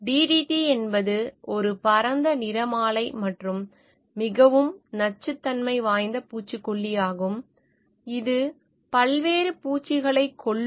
DDT என்பது ஒரு பரந்த நிறமாலை மற்றும் மிகவும் நச்சுத்தன்மை வாய்ந்த பூச்சிக்கொல்லியாகும் இது பல்வேறு பூச்சிகளைக் கொல்லும்